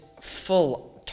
full